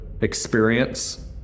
experience